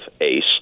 ace